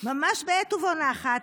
ממש בעת ובעונה אחת,